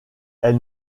elle